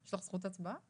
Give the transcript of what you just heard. יש לך זכות הצבעה?